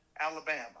Alabama